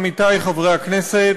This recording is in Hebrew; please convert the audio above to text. עמיתי חברי הכנסת,